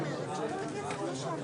ננעלה בשעה